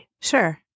Sure